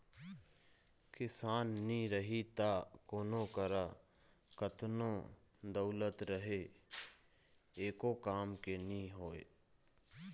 किसान नी रही त कोनों करा कतनो दउलत रहें एको काम के नी होय